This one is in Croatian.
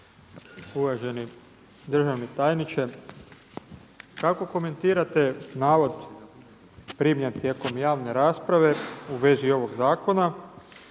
uvaženi državni tajniče. Kako komentirate navod primljen tijekom javne rasprave u vezi ovog zakona